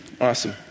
Awesome